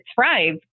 thrive